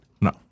No